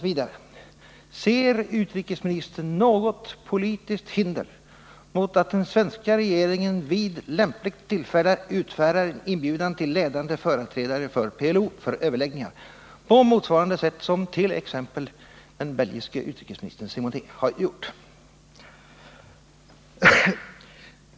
Vidare: Ser utrikesministern något politiskt hinder mot att den svenska regeringen vid lämpligt tillfälle utfärdar inbjudan till ledande företrädare för PLO för överläggningar på motsvarande sätt som t.ex. den belgiske utrikesministern Simonet har gjort?